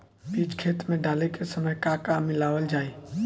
बीज खेत मे डाले के सामय का का मिलावल जाई?